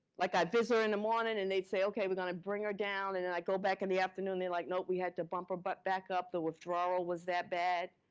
like i'd visit her in the morning and they'd say, okay, we're gonna bring her down. and then i'd go back in the afternoon, like nope, we had to bump her but back up. the withdrawal was that bad.